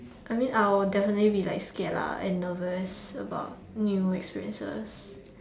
I mean I will definitely be like scared lah and nervous about new experiences